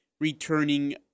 Returning